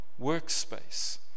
workspace